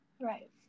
Right